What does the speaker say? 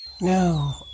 No